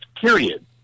period